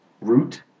root